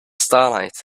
starlight